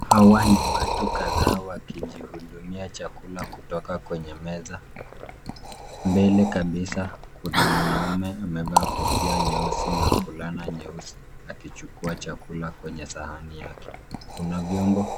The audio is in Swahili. Hawa ni watu kadhaa wakijihudumia chakula kutoka kwenye meza. Mbele kabisa, kuna mwanaume amevaa kofia nyeusi na fulana nyeusi akichukua chakula kwenye sahani yake. Kuna vyombo